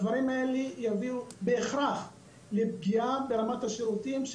הדברים האלה יביאו בהכרח לפגיעה ברמת השירותים.